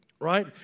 Right